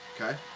Okay